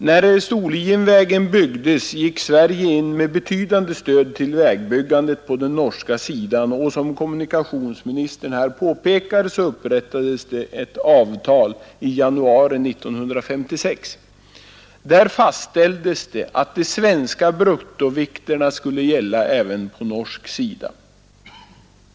När Storlienvägen byggdes gick Sverige in med betydande stöd till vägbyggandet på den norska sidan, och som kommunikationsministern här påpekar upprättades det ett avtal i januari 1956, vari fastställdes att de svenska bruttovikterna skulle gälla även på norsk sida.